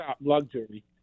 luxury